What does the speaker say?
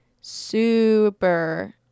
super